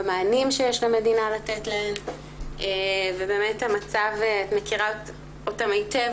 במענים שיש למדינה לתת להן ובאמת את מכירה את המצב היטב